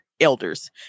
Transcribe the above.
elders